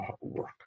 work